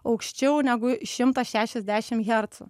aukščiau negu šimtas šešiasdešim hercų